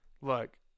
look